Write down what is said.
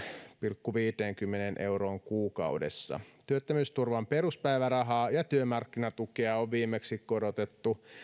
pilkku viiteenkymmeneen euroon kuukaudessa työttömyysturvan peruspäivärahaa ja työmarkkinatukea on viimeksi korotettu